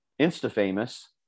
insta-famous